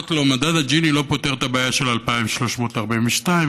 אמרתי לו: מדד ג'יני לא פותר את הבעיה של 2,342 ש"ח,